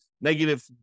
negative